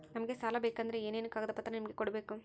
ನಮಗೆ ಸಾಲ ಬೇಕಂದ್ರೆ ಏನೇನು ಕಾಗದ ಪತ್ರ ನಿಮಗೆ ಕೊಡ್ಬೇಕು?